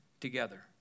together